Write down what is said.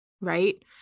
right